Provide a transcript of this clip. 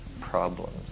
problems